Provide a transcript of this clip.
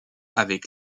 avec